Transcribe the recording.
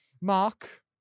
Mark